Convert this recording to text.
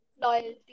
Loyalty